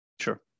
Sure